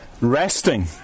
resting